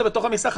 זה בתוך המכסה.